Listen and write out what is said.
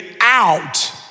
out